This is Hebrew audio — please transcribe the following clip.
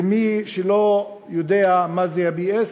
ומי שלא יודע מה זה ה-BS,